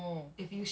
mmhmm